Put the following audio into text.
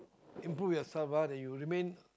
improve yourself ah you remain